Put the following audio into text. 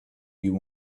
you